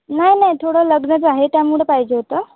नाही नाही थोडं लग्नच आहे त्यामुळं पाहिजे होतं